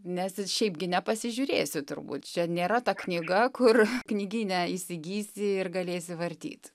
nes šiaipgi nepasižiūrėsi turbūt čia nėra ta knyga kur knygyne įsigysi ir galėsi vartyt